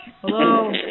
Hello